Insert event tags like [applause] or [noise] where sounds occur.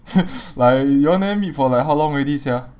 [laughs] like you all never meet for like how long already sia